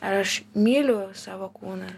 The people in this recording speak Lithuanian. ar aš myliu savo kūną